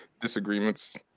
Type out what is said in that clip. disagreements